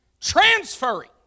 transferring